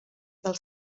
del